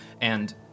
and-